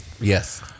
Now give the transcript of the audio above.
yes